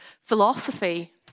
philosophy